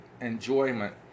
enjoyment